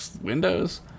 windows